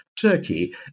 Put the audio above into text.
Turkey